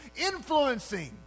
influencing